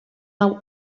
hau